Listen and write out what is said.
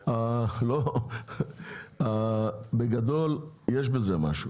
מיליון, בגדול יש בזה משהו,